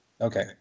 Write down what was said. Okay